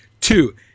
Two